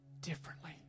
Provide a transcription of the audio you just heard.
differently